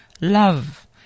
love